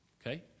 okay